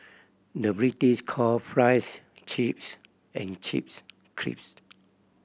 the British call fries chips and chips crisps